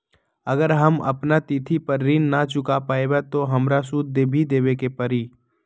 अगर हम अपना तिथि पर ऋण न चुका पायेबे त हमरा सूद भी देबे के परि?